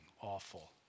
awful